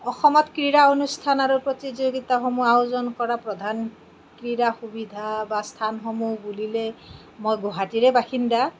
অসমত ক্ৰীড়া অনুষ্ঠান আৰু প্ৰতিযোগিতাসমূহ আয়োজন কৰা প্ৰধান ক্ৰীড়া সুবিধা বা স্থানসমূহ বুলিলে মই গুৱাহাটীৰে বাসিন্দা